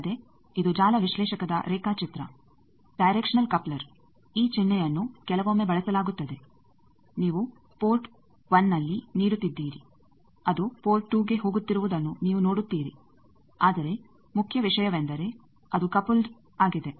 ಅಲ್ಲದೆ ಇದು ಜಾಲ ವಿಶ್ಲೇಷಕದ ರೇಖಾ ಚಿತ್ರ ಡೈರೆಕ್ಷನಲ್ ಕಪ್ಲರ್ ಈ ಚಿಹ್ನೆಯನ್ನು ಕೆಲವೊಮ್ಮೆ ಬಳಸಲಾಗುತ್ತದೆ ನೀವು ಪೋರ್ಟ್ 1ನಲ್ಲಿ ನೀಡುತ್ತಿದ್ದೀರಿ ಅದು ಪೋರ್ಟ್2ಗೆ ಹೋಗುತ್ತಿರುವುದನ್ನು ನೀವು ನೋಡುತ್ತೀರಿ ಆದರೆ ಮುಖ್ಯ ವಿಷಯವೆಂದರೆ ಅದು ಕಪಲ್ಡ್ ಆಗಿದೆ